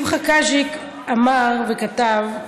שמחה קאז'יק אמר וכתב: